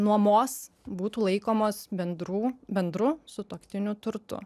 nuomos būtų laikomos bendrų bendru sutuoktinių turtu